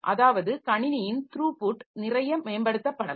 அதாவது கணினியின் த்ரூபுட் நிறைய மேம்படுத்தப்படலாம்